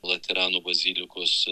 laterano bazilikos